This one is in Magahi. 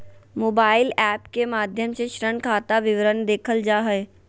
मोबाइल एप्प के माध्यम से ऋण खाता विवरण देखल जा हय